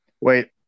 Wait